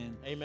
Amen